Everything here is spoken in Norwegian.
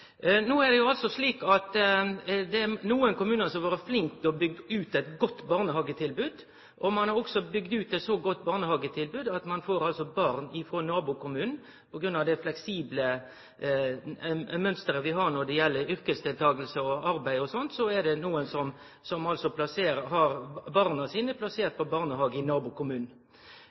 det slik at nokre kommunar har vore flinke til å byggje ut eit godt barnehagetilbod. Ein har bygd ut eit så godt barnehagetilbod at nokre, på grunn av det fleksible mønsteret vi har når det gjeld yrkesdeltaking og arbeid osv., har barna sine plassert i barnehage i nabokommunen. Det vil no skape eit problem for kommunen, som